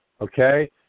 Okay